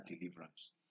deliverance